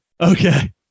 okay